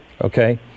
Okay